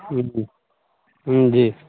हँ हँ जी